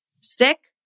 sick